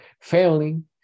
failing